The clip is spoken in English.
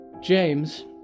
James